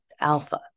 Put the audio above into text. alpha